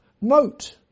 Note